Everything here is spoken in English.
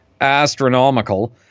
astronomical